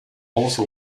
also